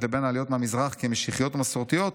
לבין העליות מהמזרח כמשיחיות ומסורתיות,